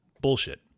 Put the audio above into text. bullshit